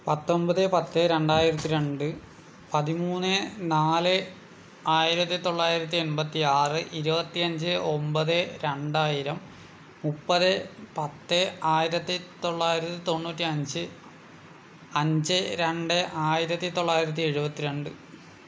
പത്തൊമ്പത് പത്ത് രണ്ടായിരത്തി രണ്ട് പതിമൂന്ന് നാല് ആയിരത്തി തൊള്ളായിരത്തി എണ്പത്തിയാറ് ഇരുപത്തിയഞ്ച് ഒമ്പത് രണ്ടായിരം മുപ്പത് പത്ത് ആയിരത്തി തൊള്ളായിരത്തി തൊണ്ണൂറ്റി അഞ്ച് അഞ്ച് രണ്ട് ആയിരത്തി തൊള്ളായിരത്തി എഴുപത്തി രണ്ട്